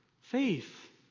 faith